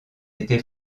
été